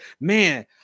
man